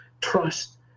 trust